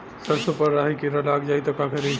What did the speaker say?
सरसो पर राही किरा लाग जाई त का करी?